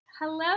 Hello